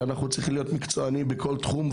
שאנחנו צריכים להיות מקצוענים בכל תחום,